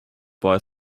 boy